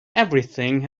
everything